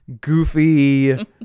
goofy